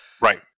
right